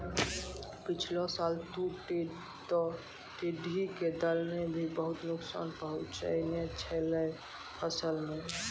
पिछला साल तॅ टिड्ढी के दल नॅ भी बहुत नुकसान पहुँचैने छेलै फसल मॅ